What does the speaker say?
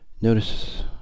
notice